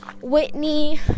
Whitney